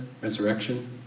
resurrection